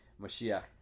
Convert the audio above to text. Mashiach